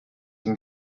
from